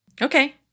Okay